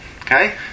Okay